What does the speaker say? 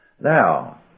Now